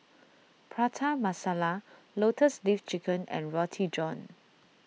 Prata Masala Lotus Leaf Chicken and Roti John